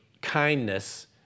kindness